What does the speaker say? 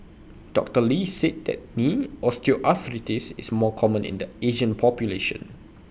doctor lee said that knee osteoarthritis is more common in the Asian population